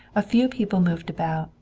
a few people moved about,